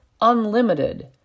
unlimited